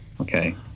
Okay